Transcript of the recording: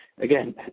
again